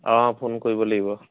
অঁ ফোন কৰিব লাগিব